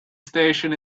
station